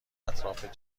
اطراف